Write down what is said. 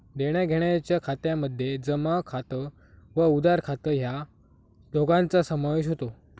देण्याघेण्याच्या खात्यामध्ये जमा खात व उधार खात या दोघांचा समावेश होतो